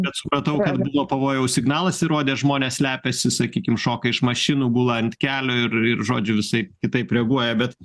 bet supratau ka buvo pavojaus signalas ir rodė žmonės slepiasi sakykim šoka iš mašinų gula ant kelio ir ir žodžiu visaip kitaip reaguoja bet